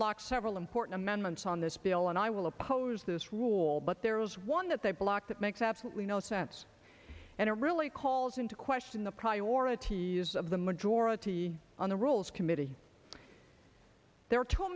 block several important amendments on this bill and i will oppose this rule but there was one that they blocked that makes absolutely no sense and it really calls into question the priorities of the majority on the rules committee there are two